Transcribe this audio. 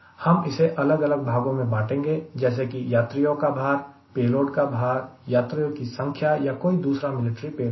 हम इसे अलग अलग भागों में बांटेंगे जैसे कि यात्रियों का भार पेलोड का भार यात्रियों की संख्या या कोई दूसरा मिलिट्री पेलोड